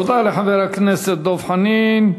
תודה לחבר הכנסת דב חנין.